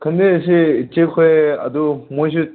ꯈꯪꯗꯦ ꯑꯁꯤ ꯏꯆꯦ ꯈꯣꯏ ꯑꯗꯨꯝ ꯃꯣꯏꯁꯨ